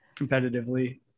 competitively